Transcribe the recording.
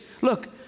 Look